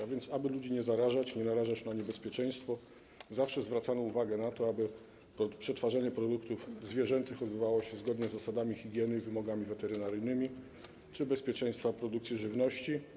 A więc aby ludzi nie narażać na niebezpieczeństwo, zawsze zwracamy uwagę na to, aby przetwarzanie produktów zwierzęcych odbywało się zgodnie z zasadami higieny i wymogami weterynaryjnymi czy bezpieczeństwa produkcji żywności.